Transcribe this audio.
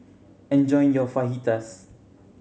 enjoy your Fajitas